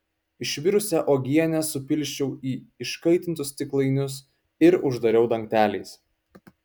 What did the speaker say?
išvirusią uogienę supilsčiau į iškaitintus stiklainius ir uždariau dangteliais